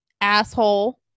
Asshole